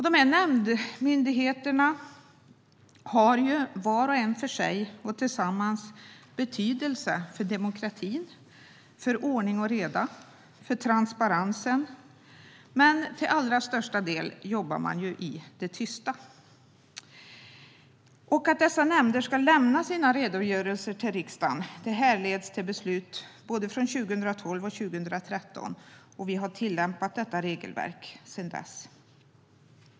De nämndmyndigheterna har var och en för sig och tillsammans betydelse för demokrati, ordning och reda samt transparens, men till allra största delen jobbar man i det tysta. Att dessa nämnder ska lämna sina redogörelser till riksdagen härleds till beslut från både 2012 och 2013. Vi har tillämpat regelverket sedan dess.